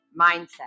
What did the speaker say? mindset